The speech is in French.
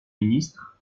ministres